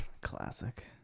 classic